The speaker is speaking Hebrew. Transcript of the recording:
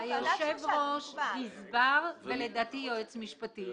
היושב-ראש, גזבר ויועץ משפטי.